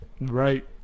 right